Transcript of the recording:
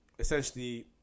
essentially